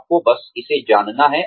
आपको बस इसे जानना है